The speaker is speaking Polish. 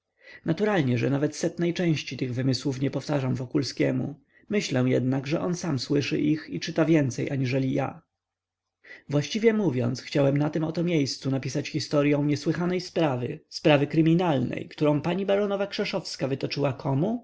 naturalnie że nawet setnej części tych wymysłów nie powtarzam wokulskiemu myślę jednak że on sam słyszy ich i czyta więcej aniżeli ja właściwie mówiąc chciałem na tem oto miejscu napisać historyą niesłychanej sprawy sprawy kryminalnej którą pani baronowa krzeszowska wytoczyła komu